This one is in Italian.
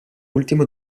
ultimo